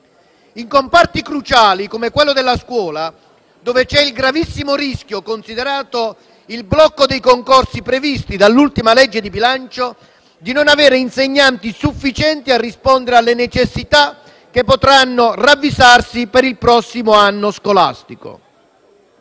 in comparti cruciali come quello della scuola, in cui c'è il gravissimo rischio - considerato il blocco dei concorsi previsto dall'ultima legge di bilancio - di non avere insegnanti sufficienti a rispondere alle necessità che potranno ravvisarsi per il prossimo anno scolastico.